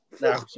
No